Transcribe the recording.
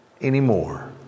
anymore